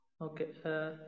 Okay